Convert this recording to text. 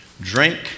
Drink